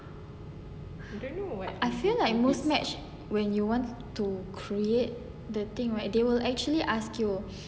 I feel like Muzmatch when you want to create the thing right they will actually ask you